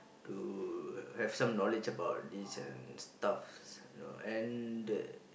to have some knowledge about this and stuff you know and the